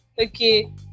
Okay